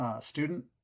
student